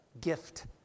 gift